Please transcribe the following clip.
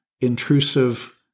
intrusive